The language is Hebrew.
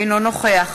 אינו נוכח